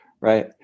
right